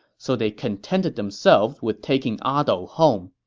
so they contented themselves with taking ah dou home